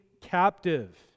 captive